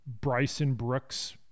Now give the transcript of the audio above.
Bryson-Brooks